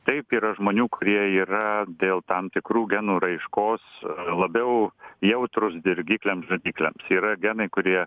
taip yra žmonių kurie yra dėl tam tikrų genų raiškos labiau jautrūs dirgikliams dažikliams yra genai kurie